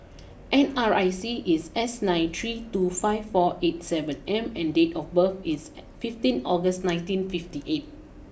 N R I C is S nine three two five four eight seven M and date of birth is fifteen August nineteen fifty eight